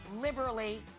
liberally